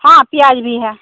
हाँ प्याज भी है